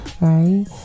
right